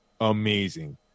Amazing